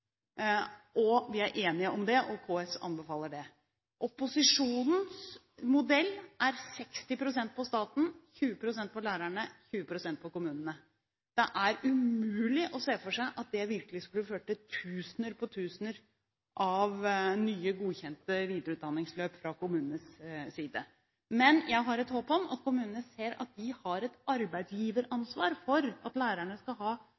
pst. Vi er enige om det, og KS anbefaler det. Opposisjonens modell er 60 pst. på staten, 20 pst. på lærerne og 20 pst. på kommunene. Det er umulig å se for seg at det virkelig skulle føre til tusener på tusener av nye, godkjente videreutdanningsløp fra kommunenes side. Men jeg har et håp om at kommunene ser at de har et arbeidsgiveransvar for at lærerne framover skal ha